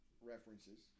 references